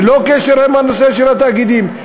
ללא קשר לנושא של התאגידים.